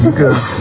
good